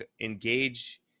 engage